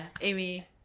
Amy